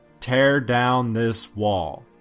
tear down this wall!